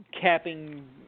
capping